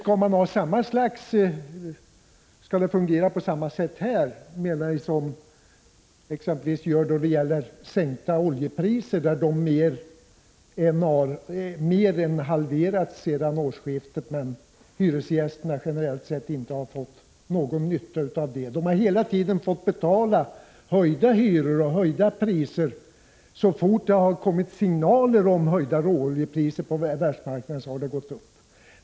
Menar ni att det skall fungera på samma sätt här som då det gäller exempelvis sänkta oljepriser? De har mer än halverats sedan årsskiftet, men hyresgästerna har generellt sett inte haft någon nytta av det. De har hela tiden fått betala höjda hyror på grund av höjda oljepriser. Så fort det kommit signaler om höjda råoljepriser på världsmarknaden har hyrorna gått upp.